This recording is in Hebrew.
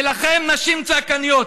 ולכן, נשים צעקניות,